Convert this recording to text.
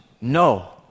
no